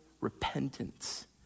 repentance